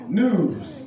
news